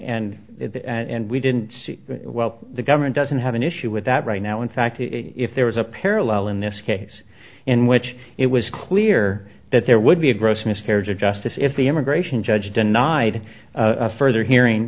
e and we didn't well the government doesn't have an issue with that right now in fact if there was a parallel in this case in which it was clear that there would be a gross miscarriage of justice if the immigration judge denied a further hearing